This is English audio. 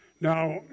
Now